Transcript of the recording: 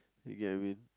you get what I mean